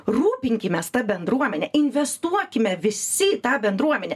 rūpinkimės ta bendruomene investuokime visi į tą bendruomenę